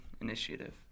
Initiative